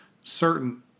certain